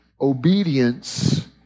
obedience